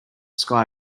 sky